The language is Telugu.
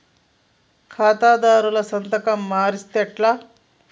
ఖాతాదారుల సంతకం మరిస్తే ఎట్లా?